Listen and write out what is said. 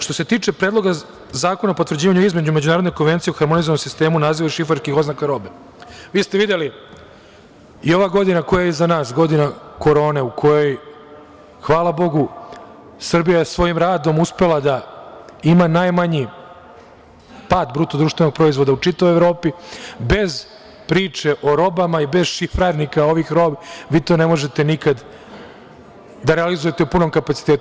Što se tiče Predloga zakona o potvrđivanju Izmene Međunarodne konvencije o Harmonizovanom sistemu naziva i šifarskih oznaka robe, vi ste videli i ova godina koja je iza nas, godina korone u kojoj hvala Bogu, Srbija je svojim radom uspela da ima najmanji pad BDP u čitavoj Evropi, bez priče o robama i bez šifarnika ovih roba, vi to ne možete nikad da realizujete u punom kapacitetu.